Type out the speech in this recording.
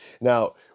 Now